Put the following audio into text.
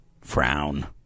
Frown